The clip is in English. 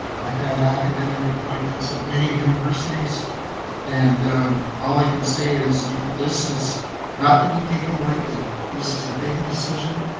i've had academic appointments at many universities and all i can say is this is not to be taken lightly, this is a big decision,